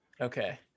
Okay